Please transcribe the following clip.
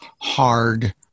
hard